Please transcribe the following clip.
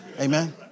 Amen